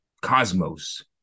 cosmos